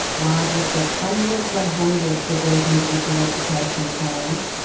and i've looked at hundreds and hundreds of these individual education plans,